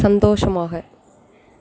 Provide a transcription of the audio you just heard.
சந்தோஷமாக